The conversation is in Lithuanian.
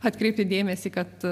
atkreipia dėmesį kad